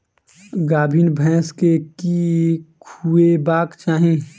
गाभीन भैंस केँ की खुएबाक चाहि?